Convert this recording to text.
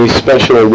special